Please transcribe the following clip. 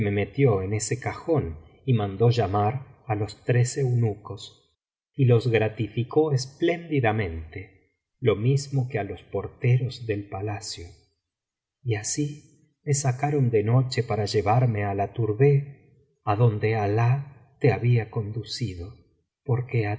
metió en ese cajón y mandó llamar á los tres eunucos y los gratificó espléndidamente lo mismo que á los porteros del palacio y así me sacaron de noche para llevarme á la tourbéh adonde alah te había conducido porque